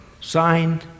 signed